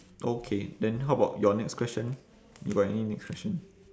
okay then how about your next question you got any next question